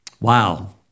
Wow